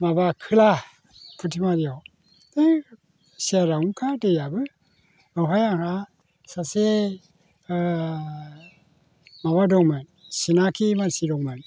माबा खोला फुथिमारियाव बै सेरावनोखा दैयाबो बावहाय आंहा सासे माबा दंमोन सिनाखि मानसि दंमोन